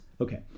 Okay